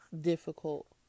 difficult